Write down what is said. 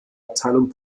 abteilung